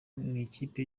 mw’ikipe